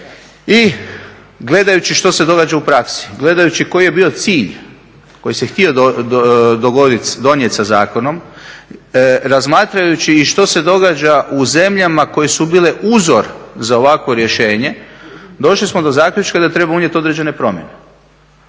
i gledajući što se događa u praksi, gledajući koji je bio cilj koji se htio donijeti sa zakonom, razmatrajući što se događa u zemljama koje su bile uzor za ovakvo rješenje, došli smo do zaključka da treba unijeti određene promjene.